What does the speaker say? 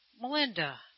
Melinda